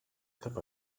cap